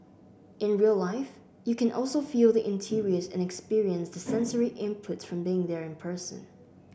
in real life you can also feel the interiors and experience the sensory inputs from being there in person